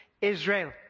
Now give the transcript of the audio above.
Israel